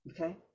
okay